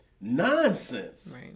nonsense